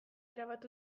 erabat